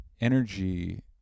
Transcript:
energy